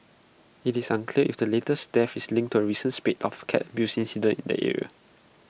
IT is unclear if the latest death is linked to A recent spate of cat abuse incidents in the area